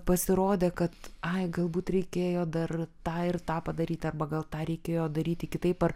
pasirodė kad ai galbūt reikėjo dar tą ir tą padaryt arba gal tą reikėjo daryti kitaip ar